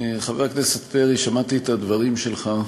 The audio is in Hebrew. חבר הכנסת פרי, שמעתי את הדברים שלך.